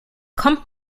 kommt